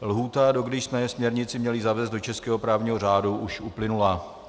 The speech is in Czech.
Lhůta, dokdy jsme směrnici měli zavést do českého právního řádu, už uplynula.